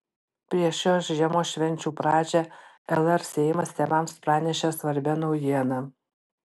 prieš šios žiemos švenčių pradžią lr seimas tėvams pranešė svarbią naujieną